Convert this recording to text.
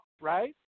right